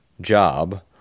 job